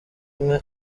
umwe